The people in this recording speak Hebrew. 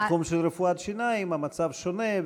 בתחום של רפואת שיניים המצב שונה,